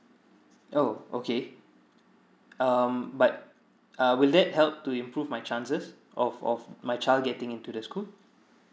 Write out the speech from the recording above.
oh okay um but uh will that help to improve my chances of of my child getting into the school